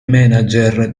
manager